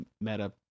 meta